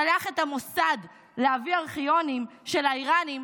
שלח את המוסד להביא ארכיונים של האיראנים,